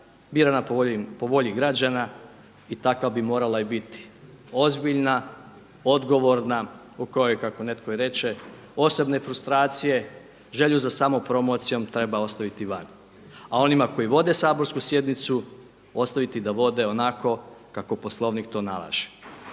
birana po volji građana i takva bi morala i biti – ozbiljna, odgovorna u kojoj kako netko i reče osobne frustracije, želju za samo promocijom treba ostaviti vani. A onima koji vode saborsku sjednicu ostaviti da vode onako kako Poslovnik to nalaže.